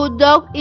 dog